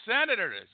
Senators